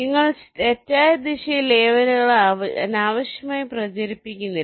നിങ്ങൾ തെറ്റായ ദിശയിൽ ലേബലുകൾ അനാവശ്യമായി പ്രചരിപ്പിക്കുന്നില്ല